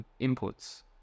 inputs